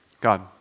God